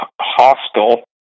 hostile